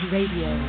Radio